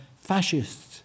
fascists